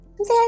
Okay